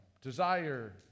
desire